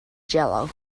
jello